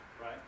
right